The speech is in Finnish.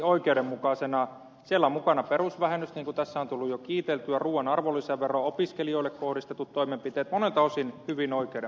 siellä on mukana perusvähennys niin kuin tässä on tullut sitä jo kiiteltyä ruuan arvonlisävero opiskelijoille kohdistetut toimenpiteet monelta osin hyvin oikeudenmukainen budjetti